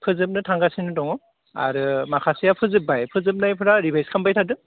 फोजोबनो थांगासिनो दङ आरो माखासेया फोजोब्बाय फोजोबनायफोरा रिभाइस खामबाय थादो